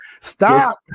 Stop